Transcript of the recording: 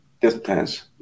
distance